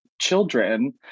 children